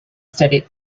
studied